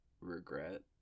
regret